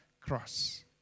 cross